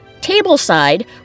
table-side